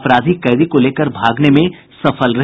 अपराधी कैदी को लेकर भागने में सफल रहे